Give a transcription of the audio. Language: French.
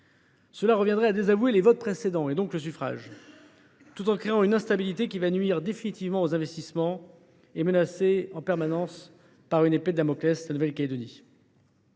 Cela reviendrait à désavouer les votes précédents, et donc le suffrage, tout en créant une instabilité qui nuirait définitivement aux investissements et il y aurait en permanence une épée de Damoclès au dessus de la Nouvelle Calédonie.